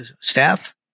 staff